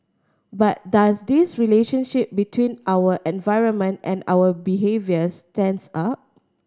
but does this relationship between our environment and our behaviour stands up